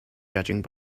judging